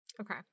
Okay